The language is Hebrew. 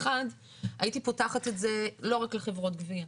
אחת, אני הייתי פותחת את זה לא רק לחברות גבייה.